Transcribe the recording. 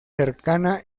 cercana